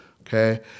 Okay